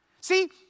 See